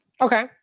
Okay